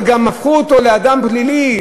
אבל גם הפכו אותו לאדם פלילי,